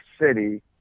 City